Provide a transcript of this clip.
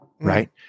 right